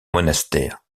monastère